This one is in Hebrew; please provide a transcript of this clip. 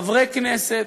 חברי כנסת,